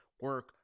Work